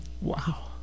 Wow